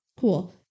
cool